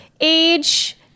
age